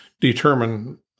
determine